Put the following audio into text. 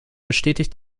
bestätigte